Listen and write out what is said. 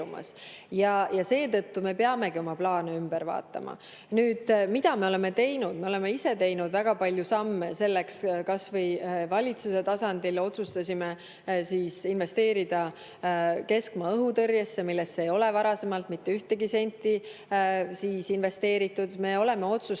Ja seetõttu me peamegi oma plaane ümber vaatama. Nüüd, mida me oleme teinud? Me oleme ise teinud väga palju samme selleks. Kas või see, et valitsuse tasandil otsustasime investeerida keskmaa õhutõrjesse, millesse ei ole varasemalt mitte ühtegi senti investeeritud. Me oleme otsustanud